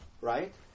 right